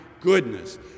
goodness